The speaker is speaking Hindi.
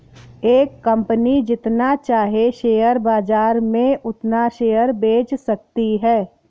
एक कंपनी जितना चाहे शेयर बाजार में उतना शेयर बेच सकती है